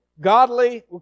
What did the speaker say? godly